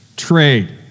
Trade